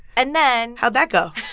and then. how'd that go?